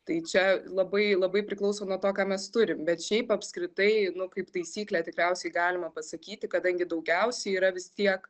tai čia labai labai priklauso nuo to ką mes turim bet šiaip apskritai kaip taisyklę tikriausiai galima pasakyti kadangi daugiausiai yra vis tiek